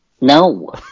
No